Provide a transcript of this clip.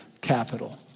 capital